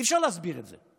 אי-אפשר להסביר את זה.